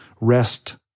rest